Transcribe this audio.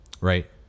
right